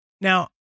Now